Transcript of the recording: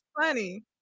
funny